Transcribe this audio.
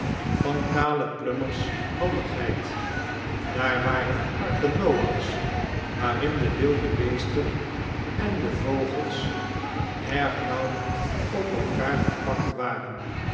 van caleb plummer's handigheid daar waren arken noaoh's waarin de wilde beesten en de vogels erg nauw op elkaar gepakt waren